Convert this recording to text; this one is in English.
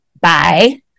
bye